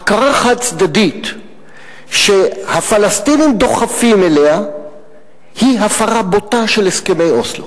ההכרה החד-צדדית שהפלסטינים דוחפים אליה היא הפרה בוטה של הסכמי אוסלו,